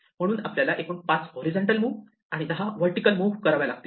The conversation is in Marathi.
म्हणून आपल्याला एकूण 5 हॉरीझॉन्टल मुव्ह आणि 10 व्हर्टिकल मुव्ह कराव्या लागतील